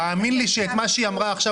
תאמין לי שאת מה שהיא אמרה עכשיו,